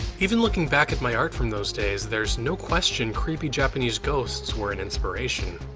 even looking back at my art from those days, there's no question creepy japanese ghosts were an inspiration.